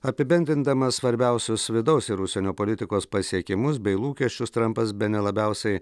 apibendrindamas svarbiausius vidaus ir užsienio politikos pasiekimus bei lūkesčius trampas bene labiausiai